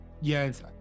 yes